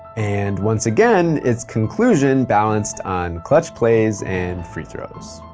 and once again, its conclusion balanced on clutch plays and free throws.